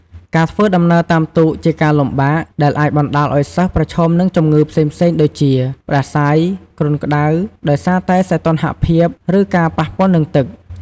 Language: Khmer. ការធ្វើដំណើរតាមទូកជាការលំបាក ដែលអាចបណ្ដាលឱ្យសិស្សប្រឈមនឹងជំងឺផ្សេងៗ ដូចជា ផ្តាសាយ គ្រុនក្ដៅ ដោយសារតែសីតុណ្ហភាព ឬការប៉ះពាល់នឹងទឹក។